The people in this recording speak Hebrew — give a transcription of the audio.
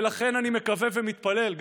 ולכן אני מקווה ומתפלל,